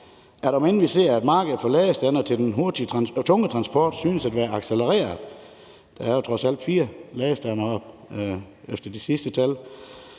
at om end vi ser, at markedet for ladestandere til den tunge transport synes at være accelereret – der er jo trods alt fire ladestandere ifølge de seneste tal